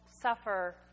suffer